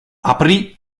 aprì